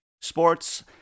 Sports